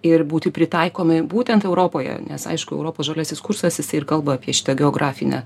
ir būti pritaikomi būtent europoje nes aišku europos žaliasis kursas jisai ir kalba apie šitą geografinę